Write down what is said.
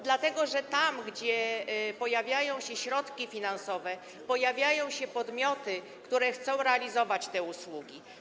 Dlatego, że tam, gdzie pojawiają się środki finansowe, pojawiają się podmioty, które chcą realizować te usługi.